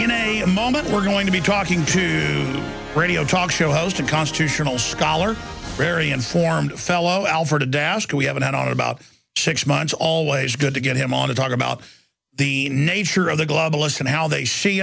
a moment we're going to be talking to a radio talk show host a constitutional scholar very informed fellow alberta daskal we haven't had on about six months always good to get him on to talk about the nature of the globalists and how they see